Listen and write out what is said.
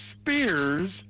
Spears